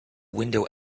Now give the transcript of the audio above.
window